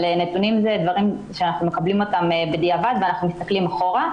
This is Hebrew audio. אבל נתונים הם דבר שאנחנו מקבלים בדיעבד ומסתכלים אחורה.